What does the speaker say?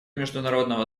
международного